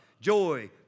joy